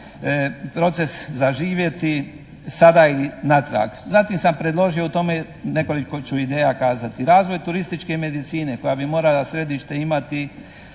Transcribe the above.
proces zaživjeti sada i natrag. Zatim sam predložio u tome, nekoliko ću ideja kazati. Razvoj turističke medicine koja bi morala središte imati